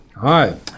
Hi